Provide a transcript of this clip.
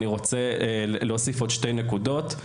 אני רוצה להוסיף עוד שתי נקודות.